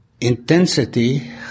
intensity